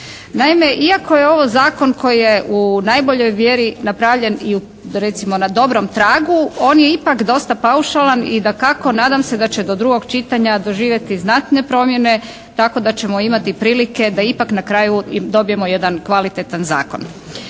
Naime, iako je ovo zakon koji je u najboljoj vjeri napravljen i recimo na dobrom tragu, on je ipak dosta paušalan i dakako nadam se da će do drugog čitanja doživjeti znatne promjene tako da ćemo imati prilike da ipak na kraju dobijemo jedan kvalitetan zakon.